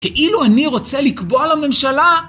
כאילו אני רוצה לקבוע לממשלה?